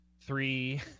Three